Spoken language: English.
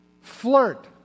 Flirt